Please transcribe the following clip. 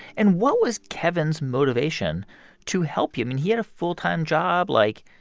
and what was kevin's motivation to help you? i mean, he had a full-time job. like,